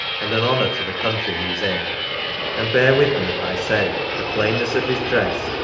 and an honour to the country he is in and bear with me if i say, the plainness of his dress,